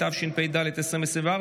התשפ"ד 2024,